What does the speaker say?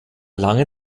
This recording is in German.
lange